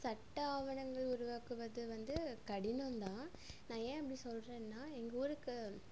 சட்ட ஆவணங்கள் உருவாக்குவது வந்து கடினம்தான் நான் ஏன் அப்படி சொல்கிறேன்னா எங்கள் ஊருக்கு